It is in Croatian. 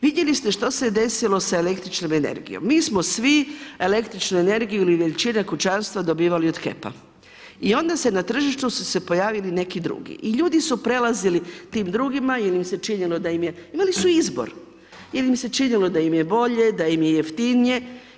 Vidjeli ste što se je desilo sa električnom energijom, mi smo svi električnu energiju ili većina kućanstva dobivali od HEP-a i onda su se na tržištu pojavili neki drugi i ljudi su prelazili tim drugima jel im se činilo da im je, imali su izbor ili im se činilo da im je bolje, da im je jeftinije.